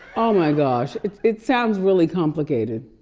oh my gosh! it sounds really complicated.